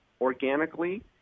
organically